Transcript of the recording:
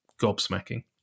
gobsmacking